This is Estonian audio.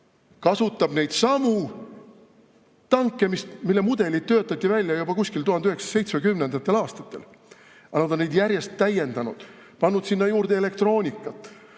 Kasutab neidsamu tanke, mille mudelid töötati välja juba kuskil 1970. aastatel, aga nad on neid järjest täiendanud, pannud sinna juurde elektroonikat,